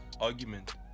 argument